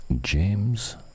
James